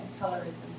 Colorism